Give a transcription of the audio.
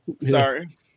Sorry